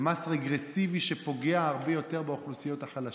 מס רגרסיבי שפוגע הרבה יותר באוכלוסיות החלשות,